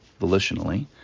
volitionally